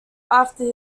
after